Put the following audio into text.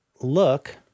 look